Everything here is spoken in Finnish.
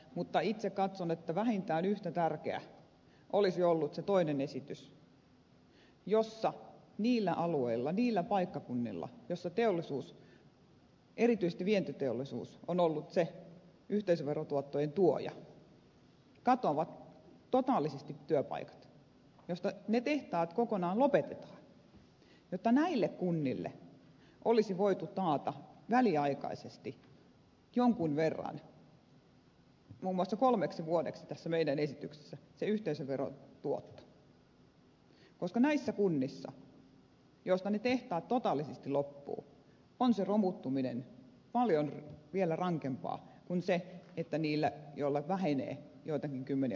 mutta itse katson että vähintään yhtä tärkeä olisi ollut se toinen esitys jossa niille alueille niille paikkakunnille joilla teollisuus erityisesti vientiteollisuus on ollut se yhteisöverotuottojen tuoja ja joilta katoavat totaalisesti työpaikat tehtaat kokonaan lopetetaan olisi voitu taata väliaikaisesti jonkun verran muun muassa kolmeksi vuodeksi kuten on tässä meidän esityksessämme se yhteisöverotuotto koska näissä kunnissa joista ne tehtaat totaalisesti loppuvat on se romuttuminen paljon vielä rankempaa kuin niillä joilla vähenee joitakin kymmeniä prosentteja